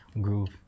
groove